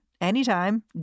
anytime